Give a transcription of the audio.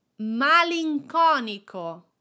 malinconico